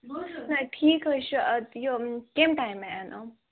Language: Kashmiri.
نہ ٹھیٖک حظ چھُ یہِ کَمہِ ٹایمہٕ یِن یِم